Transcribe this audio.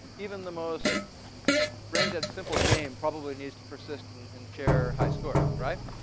even the most brain-dead simple game probably needs to persist and and share high scores, right?